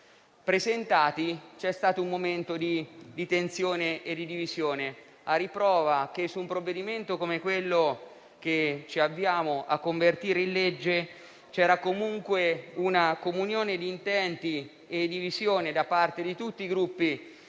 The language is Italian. presentati, si è vissuto un momento di tensione e divisione, a riprova che su un testo come quello che ci avviamo a convertire in legge c'era comunque una comunione di intenti e di visione da parte di tutti i Gruppi